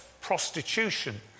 prostitution